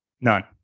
None